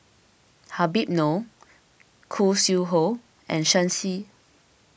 Habib Noh Khoo Sui Hoe and Shen Xi